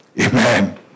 Amen